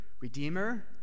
redeemer